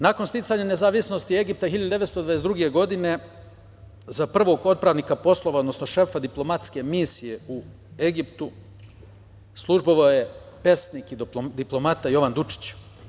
Nakon sticanja nezavisnosti Egipta 1922. godine za prvog otpravnika poslova, odnosno šefa diplomatske misije u Egiptu, službovao je pesnik i diplomata Jovan Dučić.